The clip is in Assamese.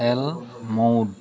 এলমউড